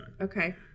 Okay